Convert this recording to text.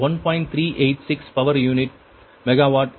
386 power unit megawatt